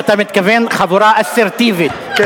מתכוון חבורה אסרטיבית,